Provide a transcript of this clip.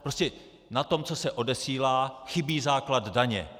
Prostě na tom, co se odesílá, chybí základ daně.